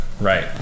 Right